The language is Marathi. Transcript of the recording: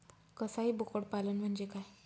कसाई बोकड पालन म्हणजे काय?